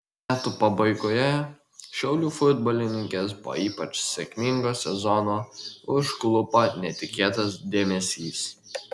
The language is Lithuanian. metų pabaigoje šiaulių futbolininkes po ypač sėkmingo sezono užklupo netikėtas dėmesys